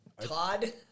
Todd